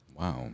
Wow